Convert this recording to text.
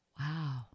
Wow